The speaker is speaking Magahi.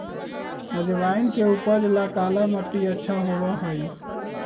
अजवाइन के उपज ला काला मट्टी अच्छा होबा हई